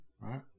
right